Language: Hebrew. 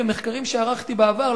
במחקרים שערכתי בעבר,